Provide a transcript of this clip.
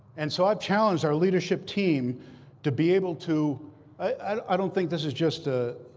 and so i've challenged our leadership team to be able to i don't think this is just a